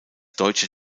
deutsche